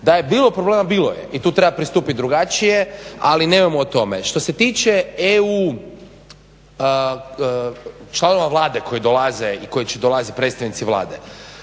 Da je bilo problema bilo je i tu treba pristupiti drugačije ali nemojmo o tome. Što se tiče EU članova Vlade koji dolaze i koji će dolaziti predstavnici Vlade,